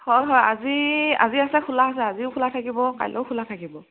হয় হয় আজি আজি আছে খোলা আছে আজিও খোলা থাকিব কাইলৈও খোলা থাকিব